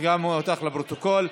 וגם אותך לפרוטוקול.